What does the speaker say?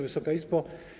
Wysoka Izbo!